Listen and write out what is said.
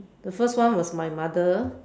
the first one was my mother